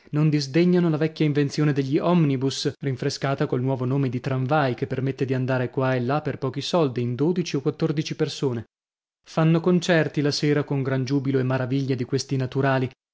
non disdegnano la vecchia invenzione degli omnibus rinfrescata col nuovo nome di tranvai che permette di andare qua e là per pochi soldi in dodici o quattordici persone fanno concerti la sera con gran giubilo e maraviglia di questi naturali